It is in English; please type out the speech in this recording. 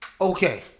Okay